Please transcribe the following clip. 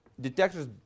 detectors